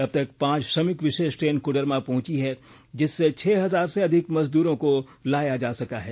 अबतक पांच श्रमिक विषेष ट्रेन कोडरमा पहुंची है जिससे छह हजार से अधिक मजदूरों को लाया जा सका है